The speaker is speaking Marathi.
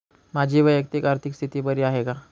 माझी वैयक्तिक आर्थिक स्थिती बरी आहे का?